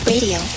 Radio